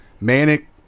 Manic